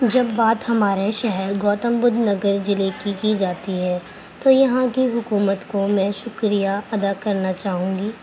جب بات ہمارے شہر گوتم بدھ نگر ضلعے کی کی جاتی ہے تو یہاں کی حکومت کو میں شکریہ ادا کرنا چاہوں گی